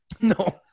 No